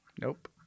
Nope